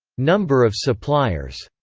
number of suppliers.